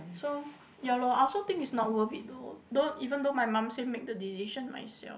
so ya lor I also think it's not worth it though though even though my mum say make the decision myself